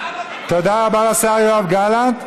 תודה רבה לשר יואב גלנט.